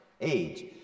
age